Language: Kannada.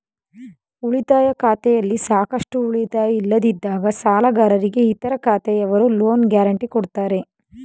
ಉಳಿತಾಯ ಖಾತೆಯಲ್ಲಿ ಸಾಕಷ್ಟು ಉಳಿತಾಯ ಇಲ್ಲದಿದ್ದಾಗ ಸಾಲಗಾರರಿಗೆ ಇತರ ಖಾತೆಯವರು ಲೋನ್ ಗ್ಯಾರೆಂಟಿ ಕೊಡ್ತಾರೆ